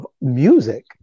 music